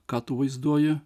ką tu vaizduoji